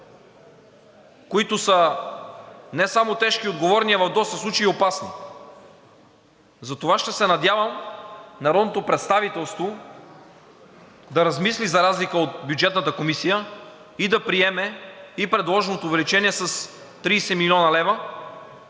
които са не само тежки и отговорни, а в доста случаи и опасни. Затова ще се надявам народното представителство да размисли, за разлика от Бюджетната комисия, и да приеме и предложеното увеличение с 30 млн. лв.